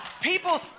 People